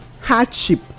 hardship